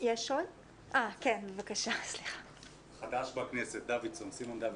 בבקשה ח"כ סימון דוידסון.